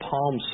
Palm